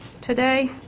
today